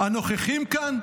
הנוכחים כאן,